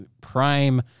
prime